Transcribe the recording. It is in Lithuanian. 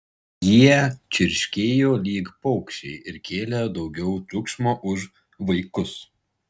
jie čirškėjo lyg paukščiai ir kėlė daugiau triukšmo už vaikus